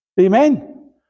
Amen